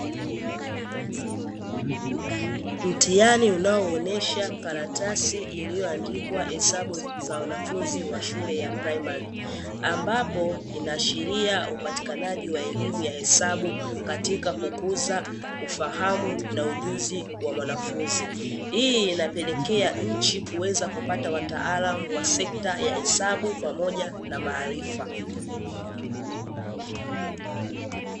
Mtihani unaoonesha karatasi iliyoandikwa hesabu za wanafunzi wa shule ya praimari, ambapo inaashiria upatikanaji wa elimu ya hesabu katika kukuza ufahamu na ujuzi wa mwanafunzi, hii inapelekea nchi kuweza kupata wataalam wa sekta ya hesabu pamoja na maarifa.